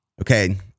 okay